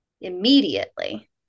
immediately